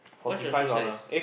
what's your true size